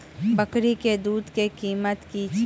बकरी के दूध के कीमत की छै?